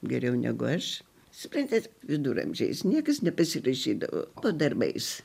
geriau negu aš suprantat viduramžiais nieks nepasirašydavo po darbais